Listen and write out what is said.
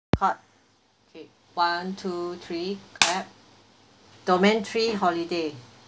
part okay one two three clap domain three holiday